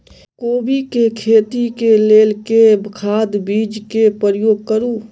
कोबी केँ खेती केँ लेल केँ खाद, बीज केँ प्रयोग करू?